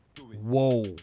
whoa